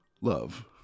Love